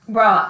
Bro